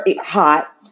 hot